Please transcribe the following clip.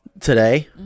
Today